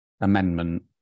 amendment